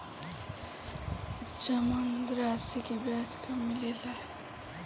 जमानद राशी के ब्याज कब मिले ला?